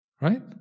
right